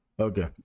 Okay